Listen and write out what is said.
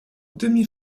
demi